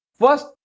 first